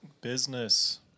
Business